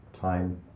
time